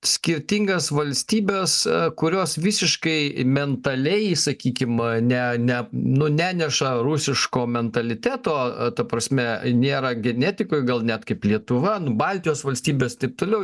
skirtingas valstybes kurios visiškai mentaliai įsakykim ne ne nu neneša rusiško mentaliteto ta prasme nėra genetikoj gal net kaip lietuva nu baltijos valstybės taip toliau